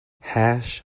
hash